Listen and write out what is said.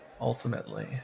ultimately